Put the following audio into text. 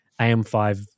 AM5